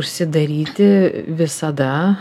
užsidaryti visada